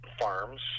farms